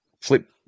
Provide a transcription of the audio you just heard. flip